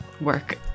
work